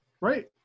Right